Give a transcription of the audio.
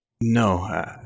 No